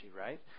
right